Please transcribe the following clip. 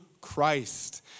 Christ